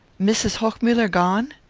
mrs. hochmuller gone?